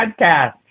podcast